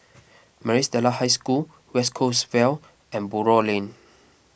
Maris Stella High School West Coast Vale and Buroh Lane